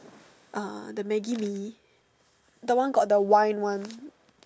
uh the Maggi Mee the one got the wine one